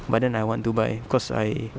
but then I want to buy cause I